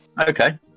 Okay